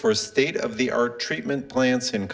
for a state of the art treatment plants in